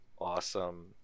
awesome